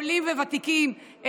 עולים וותיקים,